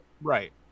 Right